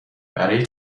برای